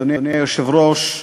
אדוני היושב-ראש,